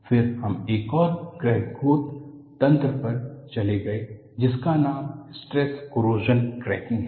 फिर हम एक और क्रैक ग्रोथ तंत्र पर चले गए जिसका नाम स्ट्रेस कोरोशन क्रैकिंग है